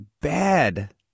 bad